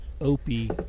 Opie